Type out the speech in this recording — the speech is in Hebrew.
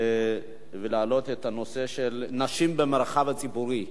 להעלות את הנושא של נשים במרחב הציבורי.